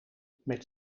met